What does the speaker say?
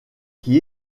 qui